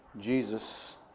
Jesus